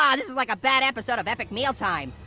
um this is like a bad episode of epic meal time.